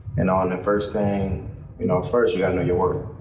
and um and first thing you know first you gotta know your worth.